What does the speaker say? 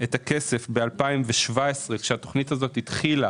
את הכסף ב-2017 כשהתוכנית הזאת התחילה,